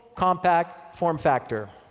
compact form factor.